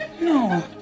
no